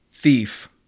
thief